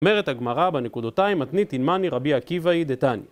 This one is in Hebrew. אומרת הגמרא, בנקודותיים, מתניתין מאן היא, רבי עקיבא היא, דתני.